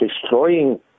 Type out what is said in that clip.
destroying